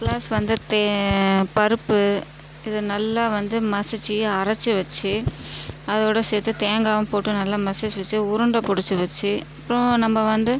plus வந்து பருப்பு இது நல்லா வந்து மசிச்சு அரைச்சு வச்சு அதோடு சேர்த்து தேங்காயும் போட்டு நல்லா மசிச்சு வச்சு உருண்டை புடிச்சு வச்சு அப்புறம் நம்ப வந்து